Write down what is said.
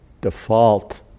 default